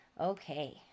okay